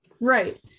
Right